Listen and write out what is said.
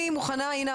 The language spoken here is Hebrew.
הינה,